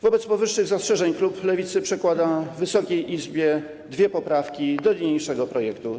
Wobec powyższych zastrzeżeń klub Lewicy przedkłada Wysokiej Izbie dwie poprawki do niniejszego projektu.